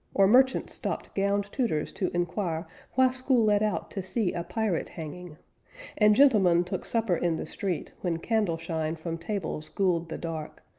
or merchants stopped gowned tutors to inquire why school let out to see a pirate hanging and gentlemen took supper in the street, when candle-shine from tables guled the dark,